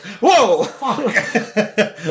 Whoa